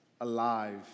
alive